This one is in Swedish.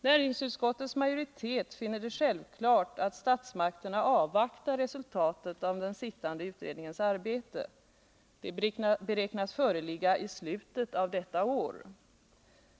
Näringsutskottets majoritet finner det självklart att statsmakterna avvaktar resultatet av den sittande utredningens arbete. Det beräknas föreligga i slutet av detta år.